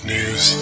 News